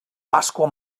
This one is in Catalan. pasqua